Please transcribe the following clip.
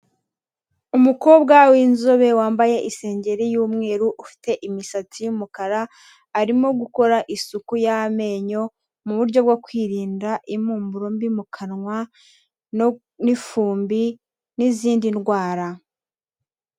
Umukobwa w'inzobe wambaye isengeri y'umweru ufite imisatsi y'umukara, arimo gukora isuku y'amenyo, mu buryo bwo kwirinda impumuro mbi mu kanwa no n'ifumbi n'izindi ndwara.